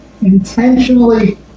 intentionally